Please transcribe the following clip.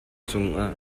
cungah